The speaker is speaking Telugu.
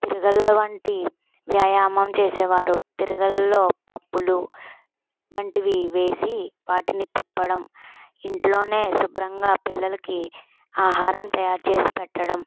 తిరగల్లు వంటి వ్యాయామం చేసేవారు తిరగలిలో పప్పులు వంటివి వేసి వాటిని తిప్పడం ఇంట్లోనే శుభ్రంగా పిల్లలకి ఆహారం తయారు చేసి పెట్టడం